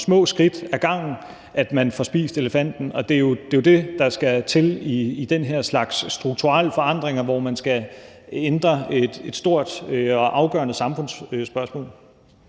små skridt ad gangen, man får spist elefanten, og det er jo det, der skal til i den her slags strukturelle forandringer, hvor man skal ændre et stort og afgørende samfundsspørgsmål.